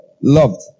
loved